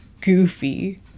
goofy